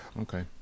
Okay